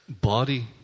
body